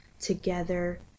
together